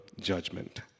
judgment